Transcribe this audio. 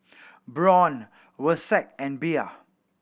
Braun Versace and Bia